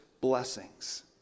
blessings